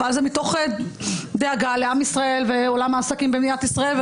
אבל זה מתוך דאגה לעם ישראל ועולם העסקים במדינת ישראל,